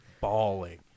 bawling